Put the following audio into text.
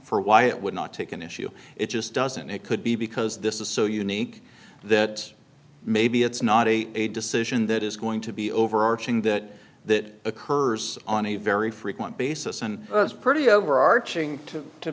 for why it would not take an issue it just doesn't it could be because this is so unique that maybe it's not a a decision that is going to be overarching that that occurs on a very frequent basis and it's pretty overarching to to